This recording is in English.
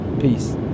peace